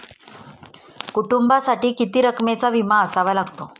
कुटुंबासाठी किती रकमेचा विमा असावा लागतो?